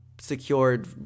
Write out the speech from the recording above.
secured